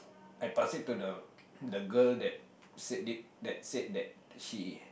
I passed it to the the girl that said it that said that she